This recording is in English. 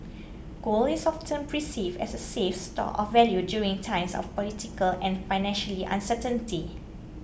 gold is often perceived as a safe store of value during times of political and financially uncertainty